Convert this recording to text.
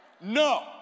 no